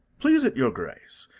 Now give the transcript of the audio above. please it your grace,